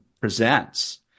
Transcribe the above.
presents